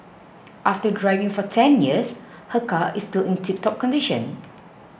after driving for ten years her car is still in tiptop condition